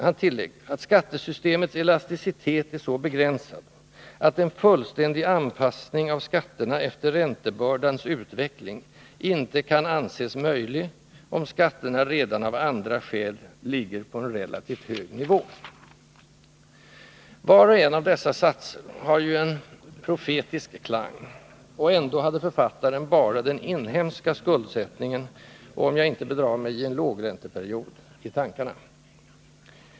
Han tillägger att ”skattesystemets elasticitet är så begränsad att en fullständig anpassning av skatterna efter räntebördans utveckling inte kan anses möjlig om skatterna redan av andra skäl ligger på en relativt hög nivå”. Var och en av dessa satser har en profetisk klang, och ändå hade författaren bara den inhemska skuldsättningen — och, om jag inte bedrar mig, i en lågränteperiod — i tankarna.